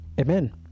Amen